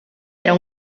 era